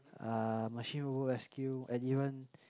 uh machine robo rescue and even